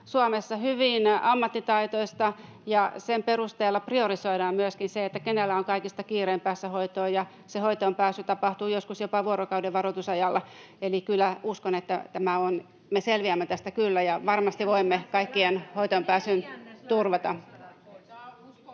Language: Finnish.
hyvin ammattitaitoista, ja sen perusteella priorisoidaan myöskin se, kenellä on kaikista kiirein päästä hoitoon, ja hoitoonpääsy tapahtuu joskus jopa vuorokauden varoitusajalla. Eli kyllä uskon, että me selviämme tästä ja varmasti voimme kaikkien hoitoonpääsyn turvata.